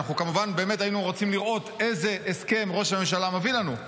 אנחנו כמובן באמת היינו רוצים לראות איזה הסכם ראש הממשלה מביא לנו.